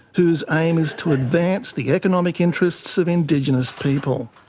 whose aim is to advance the economic interests of indigenous people.